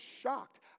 shocked